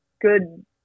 good